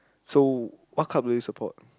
so what club do you support